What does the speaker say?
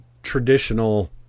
traditional